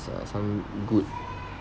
uh some good